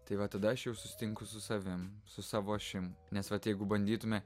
tai va tada aš jau susitinku su savim su savo ašim nes vat jeigu bandytume